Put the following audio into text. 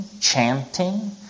chanting